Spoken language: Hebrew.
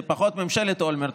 זה פחות ממשלת אולמרט,